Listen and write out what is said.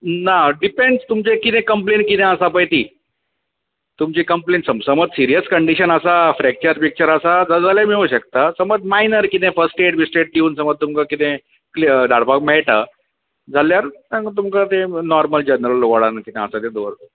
ना डिपँड्स तुमचें कितें कंप्लेन कितें आसा पळय ती तुमची कंप्लेन सम समज सिरयस कंडिशन आसा फ्रॅक्चर ब्रिक्चर आसा जाल जाल्यार मेळूंक शकता समज मायनर कितें फस्ट एड बिस्ट एड डिवन समज तुमकां कितें क्लियर धाडपाक मेळटा जाल्यार तांकां तुमकां ते नॉर्मल जॅनरल वॉडान कितें आसा ते दवरतले